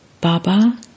Baba